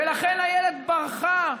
ולכן אילת ברחה,